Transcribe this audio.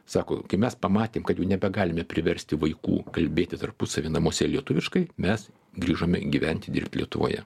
sako kai mes pamatėm kad jau nebegalime priversti vaikų kalbėti tarpusavy namuose lietuviškai mes grįžome gyventi dirbt lietuvoje